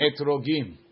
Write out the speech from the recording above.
etrogim